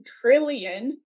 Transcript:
trillion